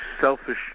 selfish